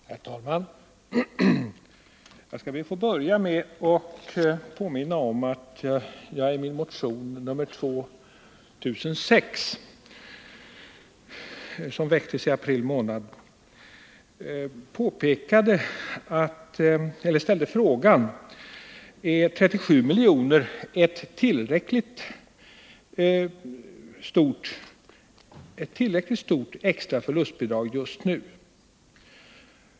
Herr talman! Jag skall be att få börja med att påminna om att jag i min motion 2006, som väcktes i april månad, ställde en fråga: Är 37 milj.kr. ett tillräckligt stort extra förlustbidrag just nu?